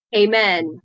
Amen